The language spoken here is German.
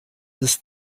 ist